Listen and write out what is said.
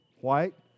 White